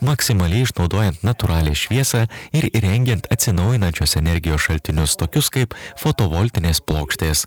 maksimaliai išnaudojant natūralią šviesą ir įrengiant atsinaujinančios energijos šaltinius tokius kaip fotovoltinės plokštės